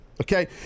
Okay